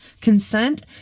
Consent